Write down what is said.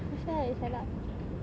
I shut up I shut up